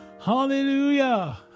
Hallelujah